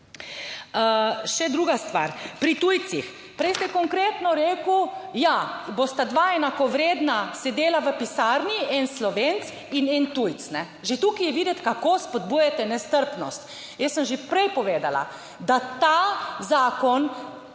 Še druga stvar, pri tujcih. Prej ste konkretno rekel, ja, bosta dva enakovredna sedela v pisarni, en Slovenec in en tujec. Že tukaj je videti, kako spodbujate nestrpnost. Jaz sem že prej povedala, da ta Zakon